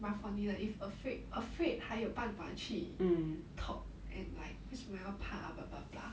but for 你的 if afraid afraid 还有办法去 talk and like 为什么要怕 blah blah blah